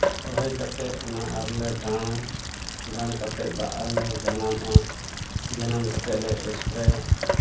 ᱨᱚᱦᱚᱭ ᱠᱟᱛᱮᱫ ᱚᱱᱟ ᱟᱨᱞᱮ ᱰᱟᱬᱼᱟ ᱰᱟᱬ ᱠᱟᱛᱮᱫ ᱫᱟᱜᱟᱜᱼᱟᱞᱮ ᱡᱟᱱᱟᱢᱚᱜᱼᱟ ᱡᱟᱱᱟᱢ ᱠᱟᱛᱮᱫ ᱞᱮ ᱥᱯᱨᱮᱹᱭᱟ